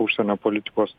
užsienio politikos